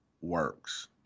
works